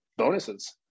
bonuses